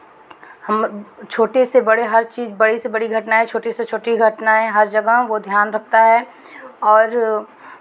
हम छोटे से बड़े हर चीज़ बड़ी से बड़ी घटनाएँ छोटी से छोटी घटनाएँ हर जगह वो ध्यान रखता है और